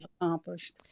accomplished